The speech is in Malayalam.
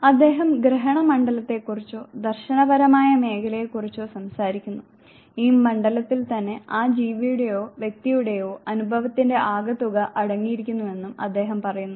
അദ്ദേഹം ഗ്രഹണ മണ്ഡലത്തെക്കുറിച്ചോ ദർശനപരമായ മേഖലയെക്കുറിച്ചോ സംസാരിക്കുന്നു ഈ മണ്ഡലത്തിൽ തന്നെ ആ ജീവിയുടെയോ വ്യക്തിയുടെയോ അനുഭവത്തിന്റെ ആകെത്തുക അടങ്ങിയിരിക്കുന്നുവെന്നും അദ്ദേഹം പറയുന്നു